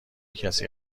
کسی